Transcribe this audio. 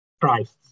Christ